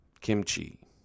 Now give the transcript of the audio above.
kimchi